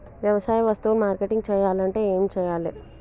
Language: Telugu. వ్యవసాయ వస్తువులు మార్కెటింగ్ చెయ్యాలంటే ఏం చెయ్యాలే?